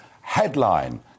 headline